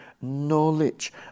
knowledge